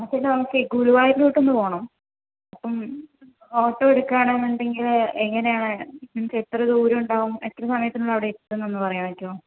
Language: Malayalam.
ആ ചേട്ടാ നമ്മുക്കേ ഗുരുവായൂരിലോട്ടൊന്ന് പോകണം അപ്പം ഓട്ടോ എടുക്കുകാന്നുണ്ടെങ്കില് എങ്ങനെയാണ് നമുക്കെത്ര ദൂരമുണ്ടാവും എത്ര സമയത്തിനുള്ളിൽ അവിടെ എത്തുന്നതെന്ന് ഒന്ന് പറയാൻ പറ്റുമൊ